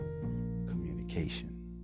Communication